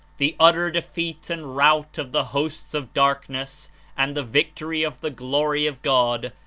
the utter defeat and rout of the hosts of darkness and the victory of the glory of god,